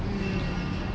mm